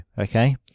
okay